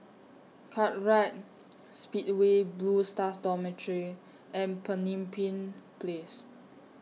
Kartright Speedway Blue Stars Dormitory and Pemimpin Place